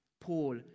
Paul